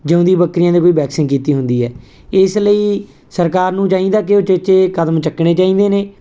ਜਿਉਂਦੀ ਬੱਕਰੀਆਂ ਦੇ ਕੋਈ ਵੈਕਸੀਨ ਕੀਤੀ ਹੁੰਦੀ ਹੈ ਇਸ ਲਈ ਸਰਕਾਰ ਨੂੰ ਚਾਹੀਦਾ ਕਿ ਉਚੇਚੇ ਕਦਮ ਚੁੱਕਣੇ ਚਾਹੀਦੇ ਨੇ